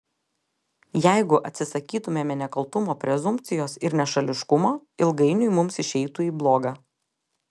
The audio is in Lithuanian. jeigu atsisakytumėme nekaltumo prezumpcijos ir nešališkumo ilgainiui mums išeitų į bloga